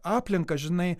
aplinką žinai